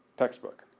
textbook.